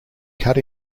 cut